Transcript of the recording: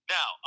Now